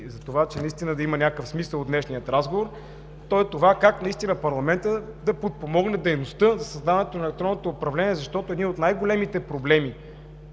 продуктивен дебат и да има някакъв смисъл от днешния разговор, то е това как наистина парламентът да подпомогне дейността за създаването на електронното управление, защото един от най-големите проблеми